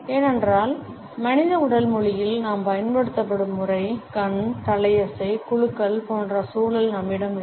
ஏனென்றால் மனித உடல் மொழியில் நாம் பயன்படுத்தும் முறை கண் தலையசை குலுக்கல் போன்ற சூழல் நம்மிடம் இல்லை